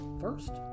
first